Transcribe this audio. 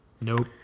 nope